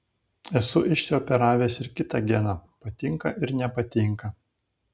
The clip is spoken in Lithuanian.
esu išsioperavęs ir kitą geną patinka ir nepatinka